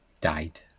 died